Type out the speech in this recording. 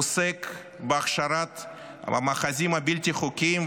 הוא עוסק בהכשרת המאחזים הבלתי-חוקיים,